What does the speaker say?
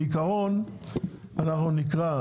בעיקרון אנחנו נקרא,